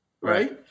right